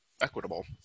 equitable